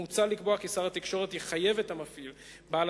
מוצע לקבוע כי שר התקשורת יחייב את המפעיל בעל